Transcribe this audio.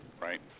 right